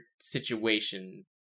situation